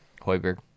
Hoiberg